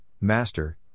Master